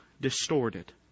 distorted